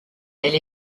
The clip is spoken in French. elle